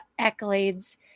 accolades